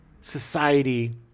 society